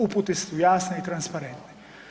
Upute su jasne i transparentne.